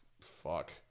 fuck